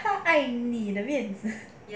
她爱你的面子